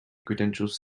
credentials